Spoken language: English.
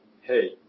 hey